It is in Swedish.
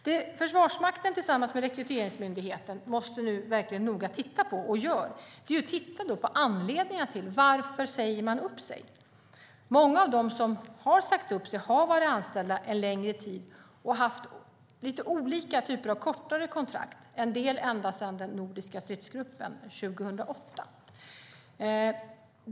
Det Försvarsmakten nu tillsammans med Rekryteringsmyndigheten verkligen noga måste titta på, vilket görs, är anledningarna till varför man säger upp sig. Många av dem som har sagt upp sig har varit anställda en längre tid och haft lite olika typer av kortare kontrakt, en del ända sedan den nordiska stridsgruppen 2008.